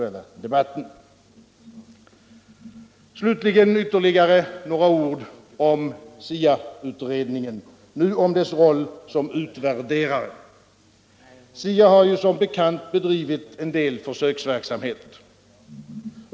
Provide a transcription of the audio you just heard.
Slutligen vill jag säga ytterligare några ord om SIA-utredningen, nu om dess roll såsom utvärderare. SIA har som bekant bedrivit en del försöksverksamhet.